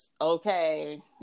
Okay